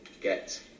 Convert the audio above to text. get